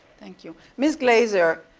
thank you. ms. glazer,